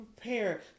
prepare